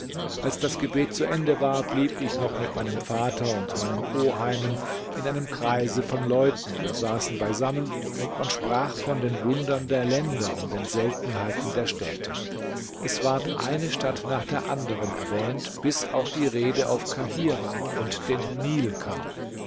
als das gebet zu ende war blieb ich noch mit meinem vater und meinen oheimen in einem kreise von leuten wir saßen beisammen und man sprach von den wundern der länder und den seltenheiten der städte es ward eine stadt nach der anderen erwähnt bis auch die rede auf kahirah und den nil kam